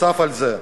נוסף על זה,